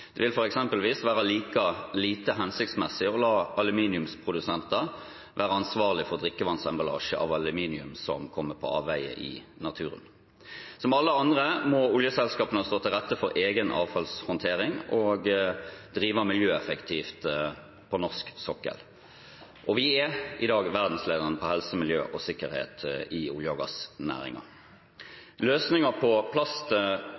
Det vil eksempelvis være like lite hensiktsmessig å la aluminiumsprodusenter være ansvarlige for drikkevannsemballasje av aluminium som kommer på avveier i naturen. Som alle andre må oljeselskapene stå til rette for egen avfallshåndtering og drive miljøeffektivt på norsk sokkel. Vi er i dag verdensledende på helse, miljø og sikkerhet i olje- og